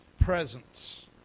presence